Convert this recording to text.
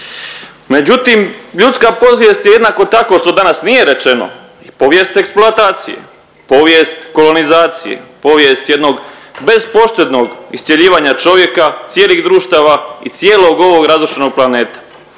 Međutim, ljudska podsvijest je jednako tako što danas nije rečeno povijest eksploatacije, povijest kolonizacije, povijest jednog bespoštednog iscjeljivanja čovjeka, cijelih društava i cijelog ovog razrušenog planeta.